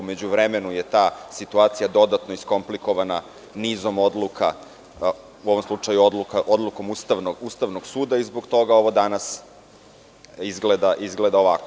U međuvremenu je ta situacija dodatno iskomplikovana nizom odluka, u ovom slučaju odlukom Ustavnog suda i zbog toga ovo danas izgleda ovako.